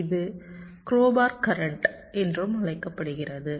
இது crowbar current என்றும் அழைக்கப்படுகிறது